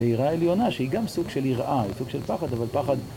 ויראה עליונה שהיא גם סוג של יראה, היא סוג של פחד אבל פחד